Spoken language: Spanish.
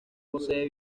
posee